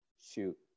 Shoot